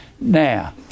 Now